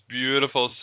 beautiful